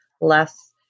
less